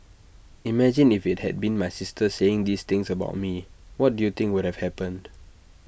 imagine if IT had been my sister saying these things about me what do you think would have happened